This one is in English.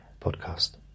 Podcast